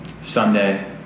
Sunday